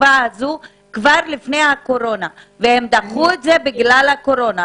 כבר לפני הקורונה והם דחו את זה בגלל הקורונה.